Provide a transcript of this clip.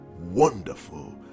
Wonderful